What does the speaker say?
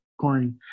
corny